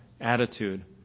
attitude